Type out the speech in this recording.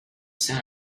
santa